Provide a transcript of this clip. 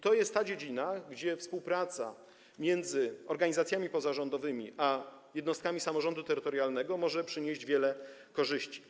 To jest ta dziedzina, w której współpraca między organizacjami pozarządowymi a jednostkami samorządu terytorialnego może przynieść wiele korzyści.